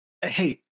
Hey